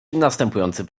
następujący